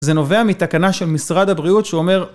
זה נובע מתקנה של משרד הבריאות שאומר